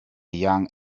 young